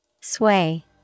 Sway